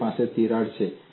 મારી પાસે તિરાડ છે